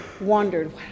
wondered